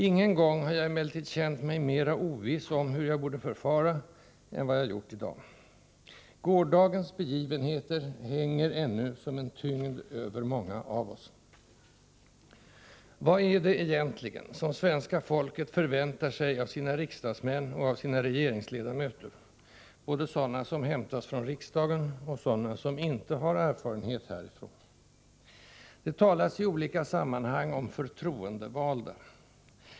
Ingen gång har jag emellertid känt mig mera oviss om hur jag borde förfara än vad jag gjort i dag. Gårdagens begivenheter hänger ännu som en tyngd över många av Oss. Vad är det egentligen som svenska folket förväntar sig av sina riksdagsmän och av sina regeringsledamöter — både sådana som hämtats från riksdagen och sådana som inte har erfarenhet härifrån? Det talas i olika sammanhang om ”förtroendevalda”.